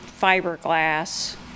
fiberglass